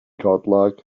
godlike